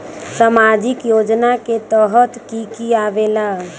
समाजिक योजना के तहद कि की आवे ला?